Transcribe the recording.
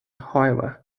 however